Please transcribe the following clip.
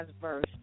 verse